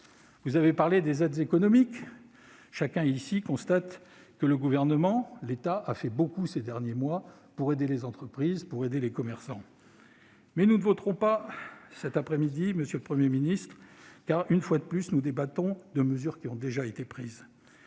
Vous avez parlé des aides économiques. Chacun ici peut constater que le Gouvernement, l'État, a fait beaucoup ces derniers mois pour aider les entreprises, les commerçants. Cependant, nous ne voterons pas cet après-midi, monsieur le Premier ministre, car, une fois de plus, nous débattons de mesures déjà prises.